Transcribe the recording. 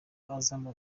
azam